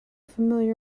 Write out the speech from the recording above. familiar